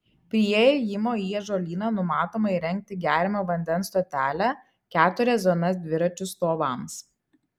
prie įėjimo į ažuolyną numatoma įrengti geriamo vandens stotelę keturias zonas dviračių stovams